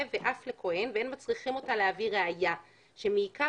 ואף לכהן ואין מצריכים אותה להביא ראיה שמעיקר